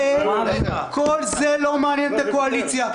כל זה לא מעניין את הקואליציה.